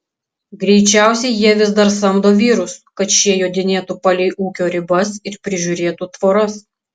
greičiausiai jie vis dar samdo vyrus kad šie jodinėtų palei ūkio ribas ir prižiūrėtų tvoras